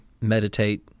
meditate –